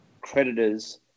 creditors